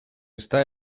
está